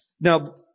Now